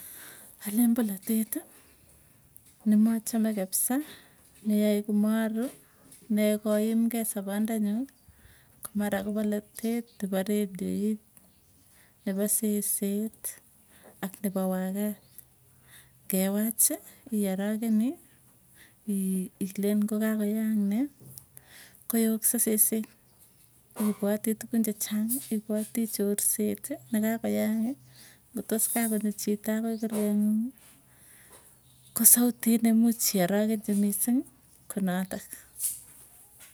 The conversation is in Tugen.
Alen polateti, nemachame kapsa neyae komaru, neyae koimkei sapondo nyuu ko mara ko polatet nepo radiot, nepo seset, ak nepo wakat ngewachi iarakeni ilen ngokakoyak nee, koyoksa sese ipwoti tukun chechang. Ipwoti chorset nekakoyaki ngotos kakonyo chito akoi kurkee ng'uungii kosautit nemuuch iarakenchi misiing'ii konatok.